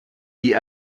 die